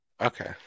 Okay